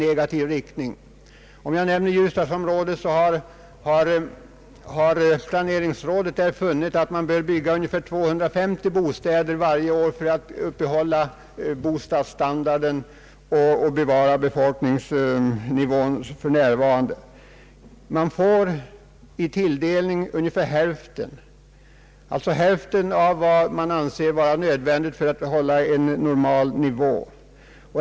Planeringsrådet har funnit att det i Ljusdalsområdet behövs ungefär 250 nya bostäder varje år för att upphålla bostadsstandarden och bevara befolkningsnivån där den är för närvarande. Tilldelningen uppgår till ungefär hälften av vad som anses nödvändigt för att hålla en normal nivå.